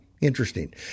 interesting